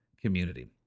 community